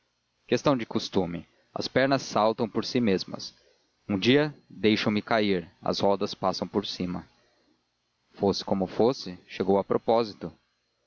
questão de costume as pernas saltam por si mesmas um dia deixam me cair as rodas passam por cima fosse como fosse chegou a propósito